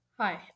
Hi